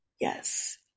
Yes